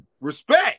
respect